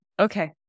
Okay